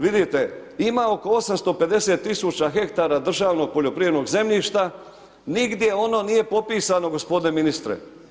Vidite ima oko 850.000 hektara državnog poljoprivrednog zemljišta nigdje ono nije popisano gospodine ministre.